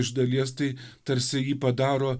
iš dalies tai tarsi jį padaro